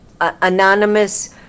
anonymous